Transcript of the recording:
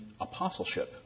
apostleship